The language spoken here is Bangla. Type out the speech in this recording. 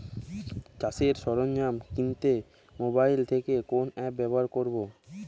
চাষের সরঞ্জাম কিনতে মোবাইল থেকে কোন অ্যাপ ব্যাবহার করব?